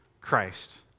Christ